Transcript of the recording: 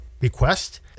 request